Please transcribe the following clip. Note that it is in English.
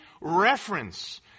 reference